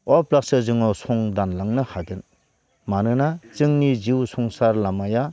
अब्लासो जोङो सम दानलांनो हागोन मानोना जोंनि जिउ संसार लामाया